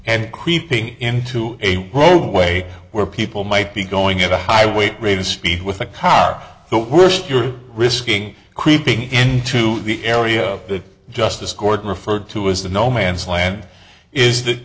and creeping into a roadway where people might be going at a high weight rate of speed with a car the worst you're risking creeping into the area of the justice court referred to as the no man's land is that